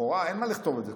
לכאורה אין מה לכתוב את זה,